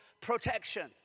protection